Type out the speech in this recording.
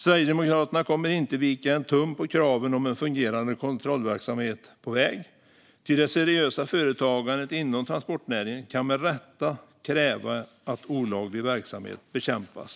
Sverigedemokraterna kommer inte att vika en tum från kraven om en fungerande kontrollverksamhet på väg, ty det seriösa företagandet inom transportnäringen kan med rätta kräva att olaglig verksamhet bekämpas.